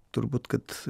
turbūt kad